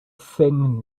thing